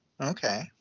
Okay